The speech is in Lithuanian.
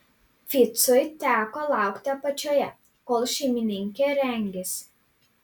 ficui teko laukti apačioje kol šeimininkė rengėsi